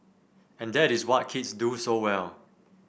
and that is what kids do so well